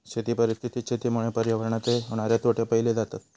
शेती परिस्थितीत शेतीमुळे पर्यावरणाचे होणारे तोटे पाहिले जातत